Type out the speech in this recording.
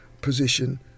position